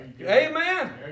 Amen